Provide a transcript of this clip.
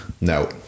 No